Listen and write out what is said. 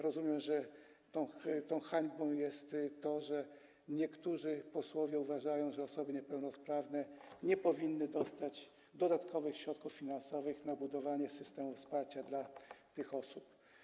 Rozumiem, że tą hańbą jest to, że niektórzy posłowie uważają, że osoby niepełnosprawne nie powinny dostać dodatkowych środków finansowych na budowanie systemu wsparcia dla tych osób.